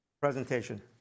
presentation